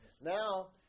Now